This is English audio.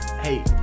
Hey